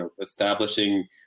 establishing